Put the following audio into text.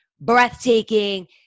breathtaking